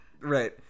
Right